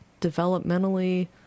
developmentally